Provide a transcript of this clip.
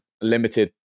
limited